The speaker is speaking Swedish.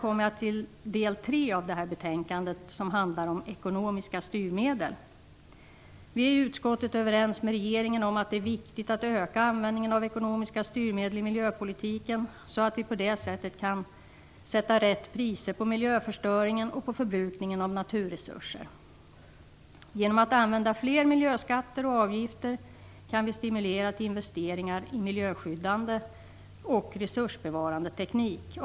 Så över till del tre av detta betänkande, som handlar om ekonomiska styrmedel. Vi är i utskottet överens med regeringen om att det är viktigt att öka användningen av ekonomiska styrmedel i miljöpolitiken så att vi på det sättet kan sätta rätt priser på miljöförstöringen och på förbrukningen av naturresurser. Genom att använda fler miljöskatter och avgifter kan vi stimulera till investeringar i miljöskyddande och resursbevarande teknik.